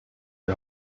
die